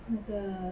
那个